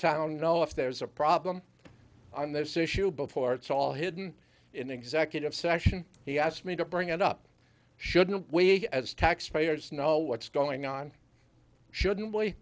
town know if there's a problem i'm this issue before it's all hidden in executive session he asked me to bring it up shouldn't we as taxpayers know what's going on shouldn't